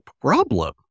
problem